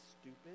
stupid